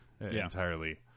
entirely